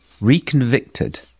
reconvicted